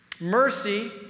mercy